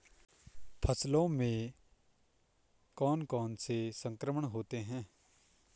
फसलों में कौन कौन से संक्रमण होते हैं?